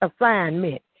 assignment